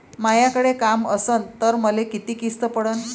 मायाकडे काम असन तर मले किती किस्त पडन?